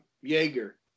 Jaeger